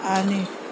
आनी